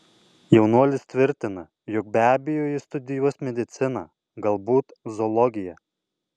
jaunuolis tvirtina jog be abejo jis studijuos mediciną galbūt zoologiją